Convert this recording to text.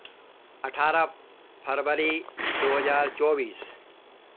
अठारह फरवरी दो हज़ार चौबीस